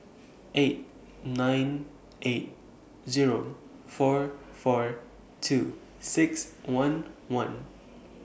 eight nine eight Zero four four two six one one